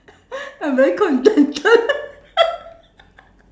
I'm very contented